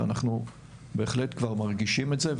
ואנחנו בהחלט כבר מרגישים את זה,